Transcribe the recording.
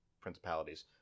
principalities